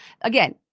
again